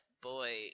boy